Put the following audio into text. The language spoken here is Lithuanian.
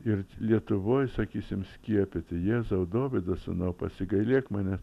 ir lietuvoj sakysim skiepyti jėzau dovydo sūnau pasigailėk manęs